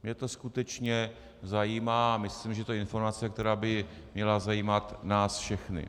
Mě to skutečně zajímá a myslím, že to je informace, která by měla zajímat nás všechny.